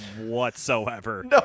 whatsoever